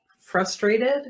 frustrated